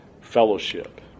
fellowship